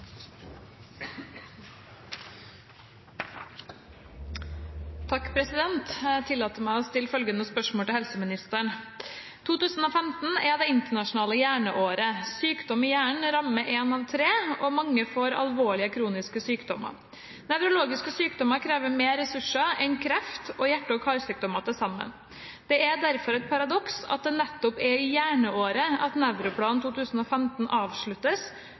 tre, og mange får alvorlige kroniske sykdommer. Nevrologiske sykdommer krever mer ressurser enn kreft og hjerte- og karsykdommer til sammen. Det er derfor et paradoks at det nettopp er i hjerneåret at Nevroplan 2015 avsluttes